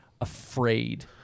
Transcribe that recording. afraid